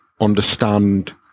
understand